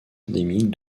endémiques